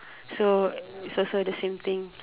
so it's also the same thing